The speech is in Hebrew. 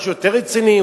משהו יותר רציני,